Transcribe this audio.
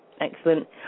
excellent